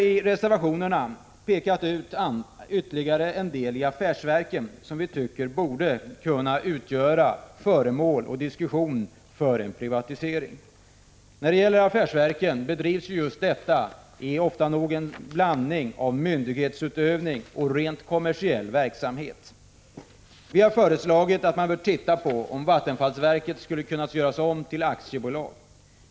I reservationerna har vi pekat ut ytterligare en del i affärsverken som vi tycker borde kunna utgöra föremål för diskussion om privatisering. Affärsverken drivs ofta i en blandning av myndighetsutövning och rent kommersiell verksamhet. Vi har föreslagit att man bör titta på om vattenfallsverket skulle kunna göras om till aktiebolag.